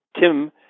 Tim